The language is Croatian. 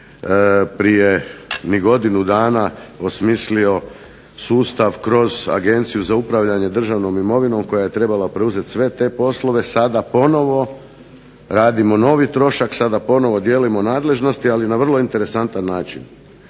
prije ni godinu dana osmislio sustav kroz Agenciju za upravljanje državnom imovinom koja je trebala preuzeti sve te poslove. Sada ponovno radimo novi trošak, sada ponovno dijelimo nadležnosti, ali na vrlo interesantan način.